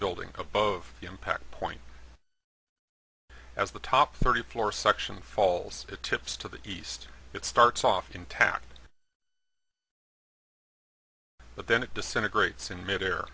building above the impact point as the top thirty floors section falls tips to the east it starts off intact but then it disintegrates in mid air